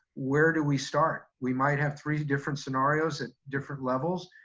where do we start? we might have three different scenarios at different levels,